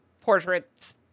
portraits